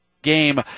game